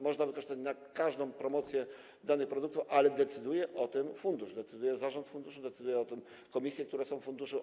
Można je wykorzystać na każdą promocję danego produktu, ale decyduje o tym fundusz, decyduje o tym zarząd funduszu, decydują o tym komisje, które są w funduszu.